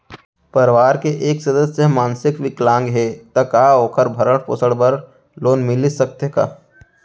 परवार के एक सदस्य हा मानसिक विकलांग हे त का वोकर भरण पोषण बर लोन मिलिस सकथे का?